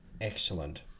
excellent